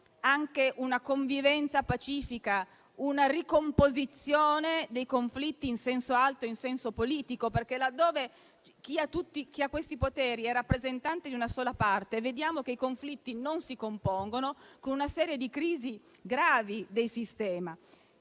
anche una convivenza pacifica e una ricomposizione dei conflitti in senso alto e in senso politico, perché, laddove chi ha tutti questi poteri è rappresentante di una sola parte, vediamo che i conflitti non si compongono, con una serie di crisi gravi del sistema.